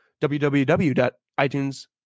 www.iTunes